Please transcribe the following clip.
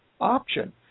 option